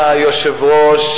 אדוני היושב-ראש,